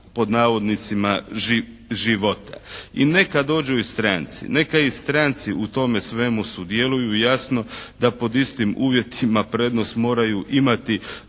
I neka dođu i stranci. Neka i stranci u tome svemu sudjeluju. Jasno da pod istim uvjetima prednost moraju imati domaći